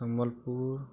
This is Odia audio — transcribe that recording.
ସମ୍ବଲପୁର